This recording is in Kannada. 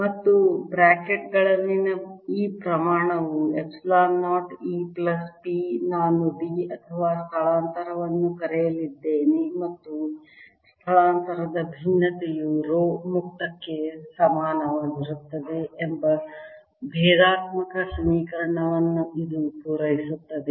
ಮತ್ತು ಬ್ರಾಕೆಟ್ ಗಳಲ್ಲಿನ ಈ ಪ್ರಮಾಣವು ಎಪ್ಸಿಲಾನ್ 0 E ಪ್ಲಸ್ P ನಾನು D ಅಥವಾ ಸ್ಥಳಾಂತರವನ್ನು ಕರೆಯಲಿದ್ದೇನೆ ಮತ್ತು ಸ್ಥಳಾಂತರದ ಭಿನ್ನತೆಯು ರೋ ಮುಕ್ತಕ್ಕೆ ಸಮಾನವಾಗಿರುತ್ತದೆ ಎಂಬ ಭೇದಾತ್ಮಕ ಸಮೀಕರಣವನ್ನು ಇದು ಪೂರೈಸುತ್ತದೆ